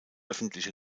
öffentliche